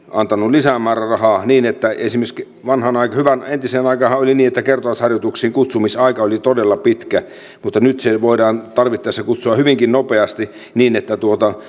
antanut lisämäärärahaa esimerkiksi entiseen aikaanhan oli niin että kertausharjoituksiin kutsumisaika oli todella pitkä mutta nyt voidaan tarvittaessa kutsua hyvinkin nopeasti niin että